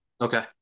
Okay